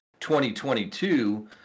2022